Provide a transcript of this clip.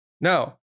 No